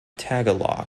tagalog